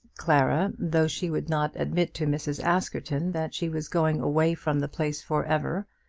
clara, though she would not admit to mrs. askerton that she was going away from the place for ever,